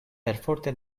perforte